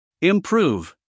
Improve